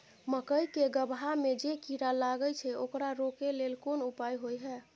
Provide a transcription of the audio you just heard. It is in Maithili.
मकई के गबहा में जे कीरा लागय छै ओकरा रोके लेल कोन उपाय होय है?